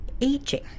aging